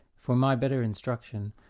for my better instruction,